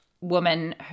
woman